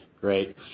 Great